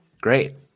Great